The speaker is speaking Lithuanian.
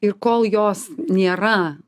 ir kol jos nėra